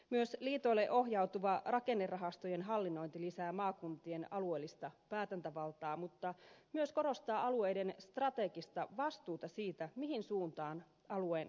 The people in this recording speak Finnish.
myös liitoille ohjautuva rakennerahastojen hallinnointi lisää maakuntien alueellista päätäntävaltaa mutta myös korostaa alueiden strategista vastuuta siitä mihin suuntaan alueen kehitys suuntautuu